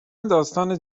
داستان